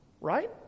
right